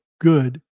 good